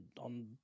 on